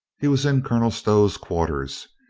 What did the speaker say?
he was in colonel stow's quarters.